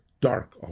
dark